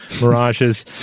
mirages